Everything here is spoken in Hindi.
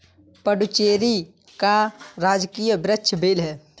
पुडुचेरी का राजकीय वृक्ष बेल है